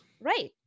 right